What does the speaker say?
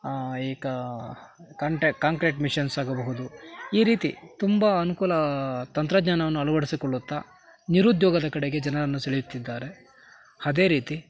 ಈ ಕಂಟೆ concrete machines ಆಗಬಹುದು ಈ ರೀತಿ ತುಂಬ ಅನುಕೂಲ ತಂತ್ರಜ್ಞಾನವನ್ನು ಅಳವಡಿಸಿಕೊಳ್ಳುತ್ತಾ ನಿರುದ್ಯೋಗದ ಕಡೆಗೆ ಜನರನ್ನು ಸೆಳೆಯುತ್ತಿದ್ದಾರೆ ಅದೇ ರೀತಿ